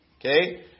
okay